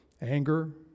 anger